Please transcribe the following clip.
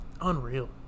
Unreal